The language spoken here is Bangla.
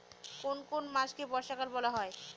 কোন কোন মাসকে বর্ষাকাল বলা হয়?